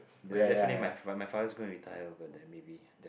de~ definitely my my father is going to retire over there maybe there